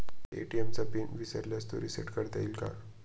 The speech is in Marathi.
ए.टी.एम चा पिन विसरल्यास तो रिसेट कसा करता येईल?